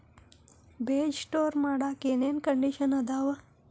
ಬೇಜ ಸ್ಟೋರ್ ಮಾಡಾಕ್ ಏನೇನ್ ಕಂಡಿಷನ್ ಅದಾವ?